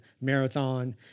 marathon